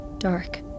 Dark